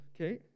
Okay